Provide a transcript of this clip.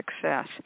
success